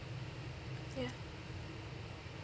ya